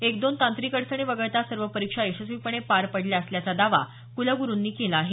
एक दोन तांत्रिक अडचणी वगळता सर्व परीक्षा यशस्वीपणे पार पडल्या असल्याचा दावा कुलगुरुनी केला आहे